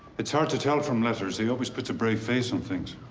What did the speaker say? it's hard to tell from letters. he always puts a brave face on things.